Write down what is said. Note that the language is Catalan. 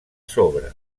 sobre